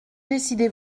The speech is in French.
décidez